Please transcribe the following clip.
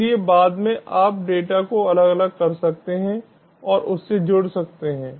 इसलिए बाद में आप डेटा को अलग कर सकते हैं और उससे जुड़ सकते हैं